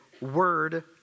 word